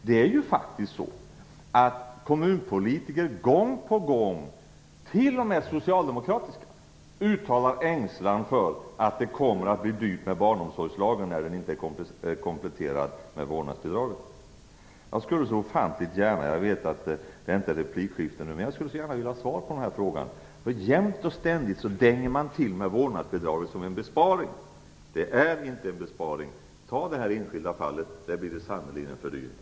Det är ju faktiskt så att kommunpolitiker gång på gång, t.o.m. socialdemokratiska sådana, uttalat ängslan för att barnomsorgslagen kommer att bli dyr när den inte är kompletterad med vårdnadsbidragen. Jag vet att det nu inte är något replikskifte, men jag skulle gärna vilja få svar på denna fråga. Man dänger jämt och ständigt till med ett avskaffande av vårdnadsbidraget som en besparing. Det är inte någon besparing. I detta enskilda fall blir det sannerligen en fördyring.